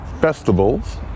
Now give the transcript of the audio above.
festivals